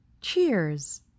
cheers